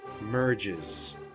merges